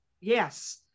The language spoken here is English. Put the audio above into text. yes